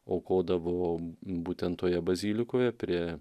aukodavo būtent toje bazilikoje prie